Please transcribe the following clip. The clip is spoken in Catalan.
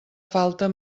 falta